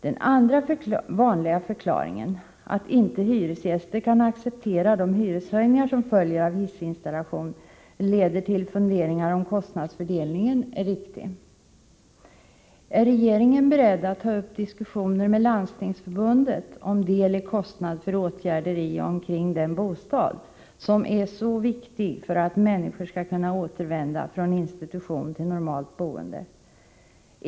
Den andra vanliga förklaringen, att hyresgäster inte kan acceptera de hyreshöjningar som följer av hissinstallation, leder till funderingar om huruvida kostnadsfördelningen är riktig. Är regeringen beredd att ta upp diskussioner med Landstingsförbundet om del i kostnad för åtgärder i och omkring den bostad som är så viktig för att människor skall kunna återvända från institution till normalt boende?